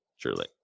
truly